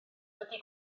wedi